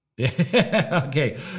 Okay